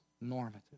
normative